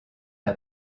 n’a